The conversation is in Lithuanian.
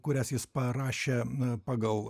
kurias jis parašė pagal